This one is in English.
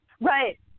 right